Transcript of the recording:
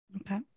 Okay